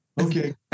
Okay